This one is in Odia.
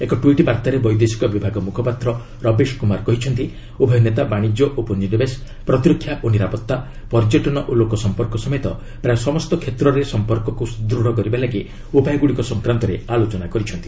ଏକ ଟୁଇଟ୍ ବାର୍ତ୍ତାରେ ବୈଦେଶିକ ବିଭାଗ ମୁଖପାତ୍ର ରବିଶ କୁମାର କହିଛନ୍ତି ଉଭୟ ନେତା ବାଣିଜ୍ୟ ଓ ପୁଞ୍ଜିନିବେଶ ପ୍ରତିରକ୍ଷା ଓ ନିରାପତ୍ତା ପର୍ଯ୍ୟଟନ ଓ ଲୋକସଂପର୍କ ସମେତ ପ୍ରାୟ ସମସ୍ତ କ୍ଷେତ୍ରରେ ସଂପର୍କକୁ ସୁଦୂଢ଼ କରିବା ଲାଗି ଉପାୟଗୁଡ଼ିକ ସଂକ୍ରାନ୍ତରେ ଆଲୋଚନା କରିଛନ୍ତି